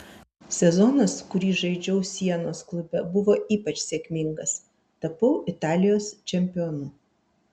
sezonas kurį žaidžiau sienos klube buvo ypač sėkmingas tapau italijos čempionu